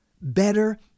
better